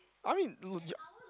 I mean do the job